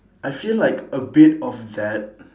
I feel like a bit of that